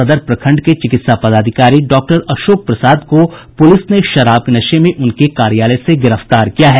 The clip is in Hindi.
नवादा सदर प्रखंड के चिकित्सा पदाधिकारी डॉक्टर अशोक प्रसाद को पुलिस ने शराब के नशे में उनके कार्यालय से गिरफ्तार किया है